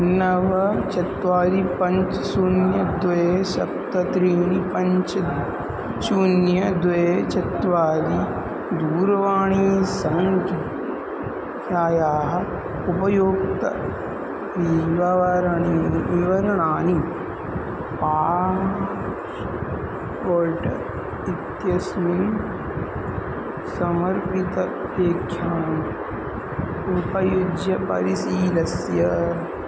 नव चत्वारि पञ्च शून्यं द्वे सप्त त्रीणि पञ्च शून्यं द्वे चत्वारि दूरवाणीसङ्ख्यायाः उपयोक्तुः विवरणानि विवरणानि पाश्पोल्ट् इत्यस्मिन् समर्पितलेख्याम् उपयुज्य परिशीलय